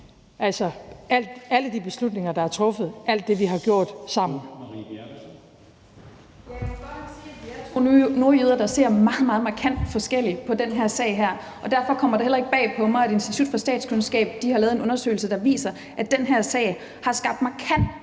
Marie Bjerre (V): Man kan godt sige, at vi er to nordjyder, der ser meget markant forskelligt på den her sag. Derfor kommer det heller ikke bag på mig, at Institut for Statskundskab har lavet en undersøgelse, der viser, at den her sag har skabt markant polarisering